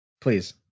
please